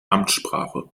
amtssprache